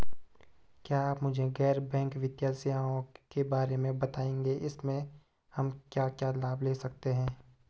क्या आप मुझे गैर बैंक वित्तीय सेवाओं के बारे में बताएँगे इसमें हम क्या क्या लाभ ले सकते हैं?